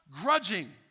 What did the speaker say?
grudging